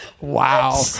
Wow